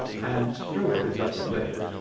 and stroked his upper lip,